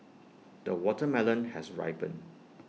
the watermelon has ripened